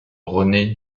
renée